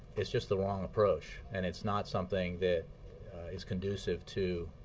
it's just the wrong approach, and it's not something that is conducive to